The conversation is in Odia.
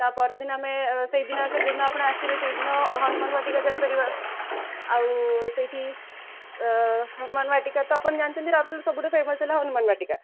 ତା ପରଦିନ ଆମେ ସେଇଦିନ ଏକା ଯୋଉ ଦିନ ଆପଣ ଆସିବେ ସେଇଦିନ ହନୁମାନ ବାଟିକା ଯାଇପାରିବା ଆଉ ସେଇଠି ହନୁମାନ ବାଟିକା ତ ଆପଣ ଜାଣିଛନ୍ତି ରାଉଲକେଲାର ସବୁଠୁ ଫେମସ୍ ହେଲା ହନୁମାନ ବାଟିକା